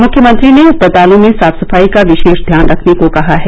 मुख्यमंत्री ने अस्पतालों में साफ सफाई का विशेष ध्यान रखने को कहा है